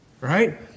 Right